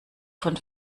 von